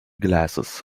glasses